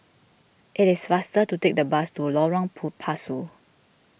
it is faster to take the bus to Lorong Pu Pasu